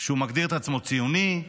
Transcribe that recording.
שמגדיר את עצמו ציוני,